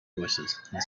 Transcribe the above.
voicesand